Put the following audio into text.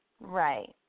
Right